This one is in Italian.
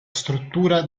struttura